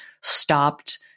stopped